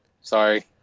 Sorry